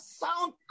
sound